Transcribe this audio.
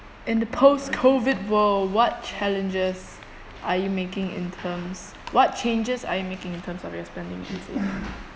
in the post COVID world what challenges are you making in terms what changes are you making in terms of your spending